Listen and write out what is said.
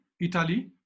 Italy